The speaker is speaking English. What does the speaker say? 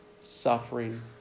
suffering